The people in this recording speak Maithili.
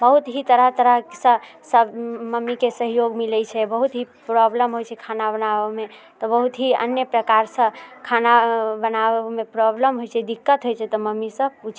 बहुत ही तरह तरहसँ सब मम्मीके सहयोग मिलैत छै बहुत ही प्रॉब्लम होइत छै खाना बनाबऽमे बहुत ही अन्य प्रकारसँ खाना बनाबऽमे प्रॉब्लम होइत छै दिक्कत होइत छै तऽ मम्मीसँ पूछि